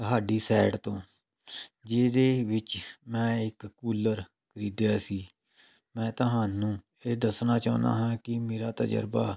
ਤੁਹਾਡੀ ਸਾਈਟ ਤੋਂ ਜਿਹਦੇ ਵਿੱਚ ਮੈਂ ਇੱਕ ਕੂਲਰ ਖਰੀਦਿਆ ਸੀ ਮੈਂ ਤੁਹਾਨੂੰ ਇਹ ਦੱਸਣਾ ਚਾਹੁੰਦਾ ਹਾਂ ਕਿ ਮੇਰਾ ਤਜਰਬਾ